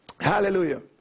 Hallelujah